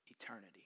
Eternity